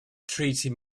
treating